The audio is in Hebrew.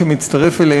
שמצטרף אליהם,